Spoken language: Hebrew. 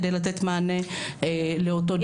כדי לתת מענה לאותו דיסוננס.